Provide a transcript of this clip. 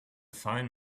fine